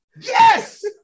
Yes